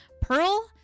Pearl